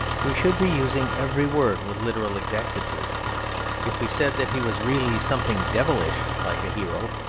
we should be using every word with literal exactitude if we said that he was really something devilish like a hero.